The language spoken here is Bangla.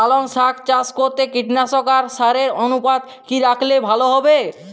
পালং শাক চাষ করতে কীটনাশক আর সারের অনুপাত কি রাখলে ভালো হবে?